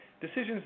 decisions